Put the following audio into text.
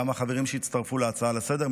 גם החברים שהצטרפו להצעה לסדר-היום,